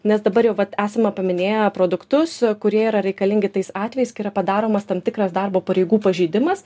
nes dabar jau vat esame paminėję produktus kurie yra reikalingi tais atvejais kai yra padaromas tam tikras darbo pareigų pažeidimas